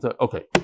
Okay